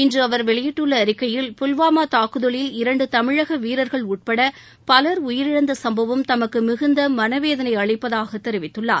இன்று அவர் வெளியிட்டுள்ள அறிக்கையில் புல்வாமா தாக்குதலில் இரண்டு தமிழக வீரர்கள் உட்பட பவர் உயிரிழந்த சும்பவம் தமக்கு மிகுந்த மனவேதனை அளிப்பதாகத் தெரிவித்துள்ளார்